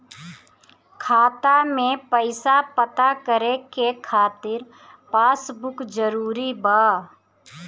खाता में पईसा पता करे के खातिर पासबुक जरूरी बा?